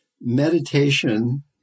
Meditation